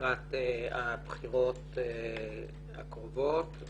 לקראת הבחירות הקרובות,